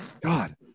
God